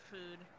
Food